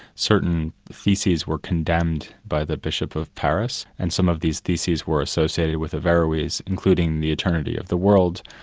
certain theses were condemned by the bishop of paris, and some of these theses were associated with averroes, including the eternity of the world.